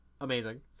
Amazing